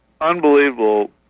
unbelievable